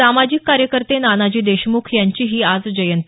सामाजिक कार्यकर्ते नानाजी देशमुख यांचीही आज जयंती